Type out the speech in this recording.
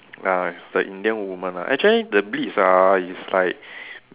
uh it's a Indian woman ah actually the beats ah is like